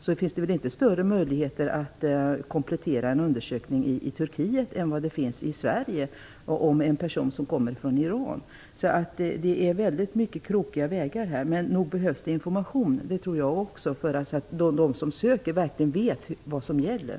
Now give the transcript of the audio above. Det finns väl inte större möjligheter att komplettera en ansökan i Istanbul i Turkiet än vad det finns i Sverige? Krokvägarna är väldigt många. Det behövs verkligen information så att de som söker vet vad som gäller.